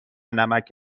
نمک